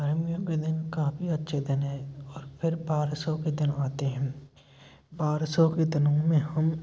गर्मियों के दिन काफ़ी अच्छे दिन हैं और फिर बारिशों के दिन आते हैं बारिशों के दिनों में हम